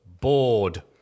bored